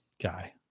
guy